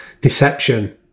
deception